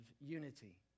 unity